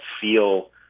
feel